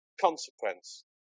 Consequence